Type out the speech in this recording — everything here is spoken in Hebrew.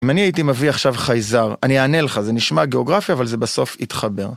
אם אני הייתי מביא עכשיו חייזר, אני אענה לך, זה נשמע גיאוגרפיה, אבל זה בסוף יתחבר.